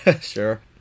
Sure